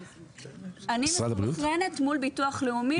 אני מסונכרנת מול ביטוח לאומי.